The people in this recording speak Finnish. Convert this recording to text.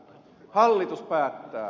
hallitus päättää